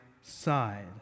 side